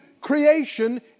creation